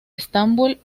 estambul